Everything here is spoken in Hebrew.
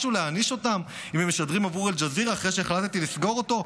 משהו להעניש אותם אם הם משדרים עבור אל-ג'זירה אחרי שהחלטתי לסגור אותו?